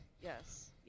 Yes